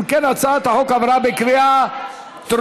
אם כן, הצעת החוק עברה בקריאה טרומית.